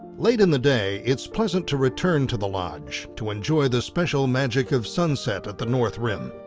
late in the day, it's pleasant to return to the lodge to enjoy the special magic of sunset at the north rim.